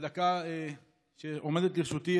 בדקה שעומדת לרשותי,